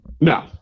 No